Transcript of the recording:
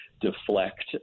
deflect